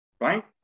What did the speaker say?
right